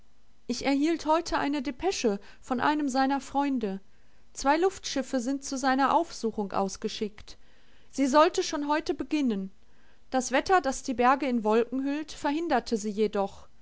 ich erhielt heute eine depesche von einem seiner freunde zwei luftschiffe sind zu seiner aufsuchung ausgeschickt sie sollte schon heute beginnen das wetter das die berge in wolken hüllt verhinderte sie jedoch